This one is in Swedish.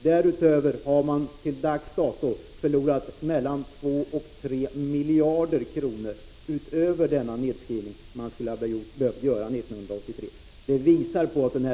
Därutöver har man till dags dato förlorat mellan 2 och 3 miljarder kronor utöver den nedskrivning man hade behövt göra 1983. Det visar att denna handlingsförlamning kostade stora driftsförluster. Det har varit en felaktig spekulation, som jag tycker är mycket beklaglig och där vi borde ha agerat mycket snabbare.